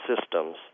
Systems